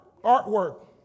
artwork